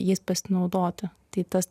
jais pasinaudoti tai tas